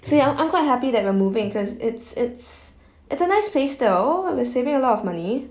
so ya I'm I'm quite happy that we're moving because it's it's it's a nice place though I'm saving a lot of money